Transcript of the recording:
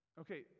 Okay